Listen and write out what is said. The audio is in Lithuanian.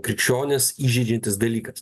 krikščionis įžeidžiantis dalykas